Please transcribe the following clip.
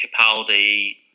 Capaldi